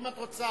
אם את רוצה